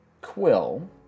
Quill